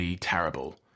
terrible